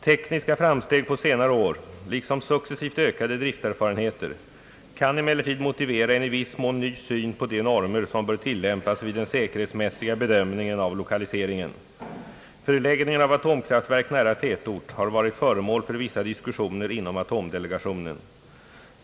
Tekniska framsteg på senare år liksom successivt ökade drifterfarenheter kan emellertid motivera en i viss mån ny syn på de normer som bör tillämpas vid den säkerhetsmässiga bedömningen av lokaliseringen. Förläggning av atomkraftverk nära tätort har varit föremål för vissa diskussioner inom atomdelegationen.